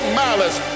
malice